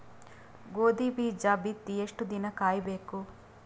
ಗೋಧಿ ಬೀಜ ಬಿತ್ತಿ ಎಷ್ಟು ದಿನ ಕಾಯಿಬೇಕು?